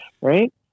right